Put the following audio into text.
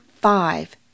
five